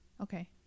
Okay